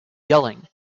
yelling